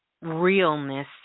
realness